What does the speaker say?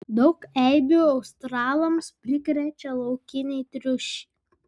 daug eibių australams prikrečia laukiniai triušiai